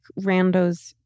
randos